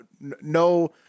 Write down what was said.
No